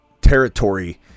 territory